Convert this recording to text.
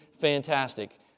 fantastic